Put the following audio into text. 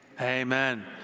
Amen